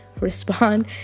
respond